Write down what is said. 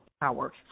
power